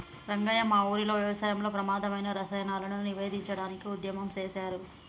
రంగయ్య మా ఊరిలో వ్యవసాయంలో ప్రమాధమైన రసాయనాలను నివేదించడానికి ఉద్యమం సేసారు